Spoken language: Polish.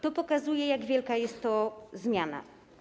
To pokazuje, jak wielka jest to zmiana.